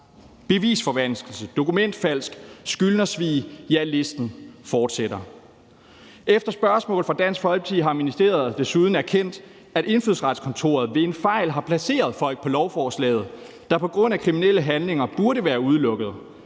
bevisforvanskelse, dokumentfalsk, skyldnersvig – ja, listen fortsætter. Efter spørgsmål fra Dansk Folkeparti har ministeriet desuden erkendt, at Indfødsretskontoret ved en fejl har placeret folk på lovforslaget, der på grund af kriminelle handlinger burde være udelukket.